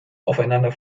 aufeinander